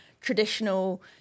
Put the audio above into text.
traditional